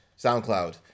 SoundCloud